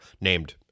named